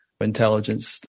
intelligence